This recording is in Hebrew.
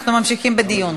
אנחנו ממשיכים בדיון.